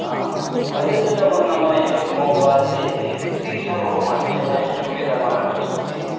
अहिलेको जमानामा यो मोबाइलले यत्ति साह्रो मान्छेलाई सुविधा बनाएको छ कि